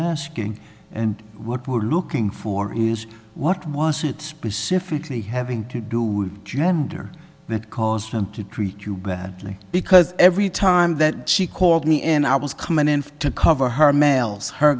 asking and what we're looking for is what was it specifically having to do with gender that caused him to treat you badly because every time that she called me and i was coming in from to cover her mails her